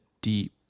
deep